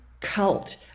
cult